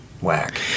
whack